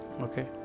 Okay